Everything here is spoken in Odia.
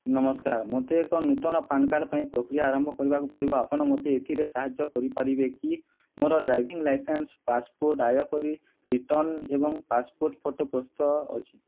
ନମସ୍କାର ମୋତେ ଏକ ନୂତନ ପାନ୍ କାର୍ଡ଼ ପାଇଁ ପ୍ରକ୍ରିୟା ଆରମ୍ଭ କରିବାକୁ ପଡ଼ିବ ଆପଣ ମୋତେ ଏଥିରେ ସାହାଯ୍ୟ କରିପାରିବେ କି ମୋର ଡ୍ରାଇଭିଂ ଲାଇସେନ୍ସ ପାସପୋର୍ଟ ଆୟକରି ରିଟର୍ଣ୍ଣ ଏବଂ ପାସପୋର୍ଟ ଫଟୋ ପ୍ରସ୍ତୁତ ଅଛି